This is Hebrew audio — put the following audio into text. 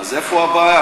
אז איפה הבעיה?